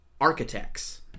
architects